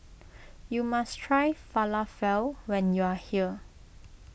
you must try Falafel when you are here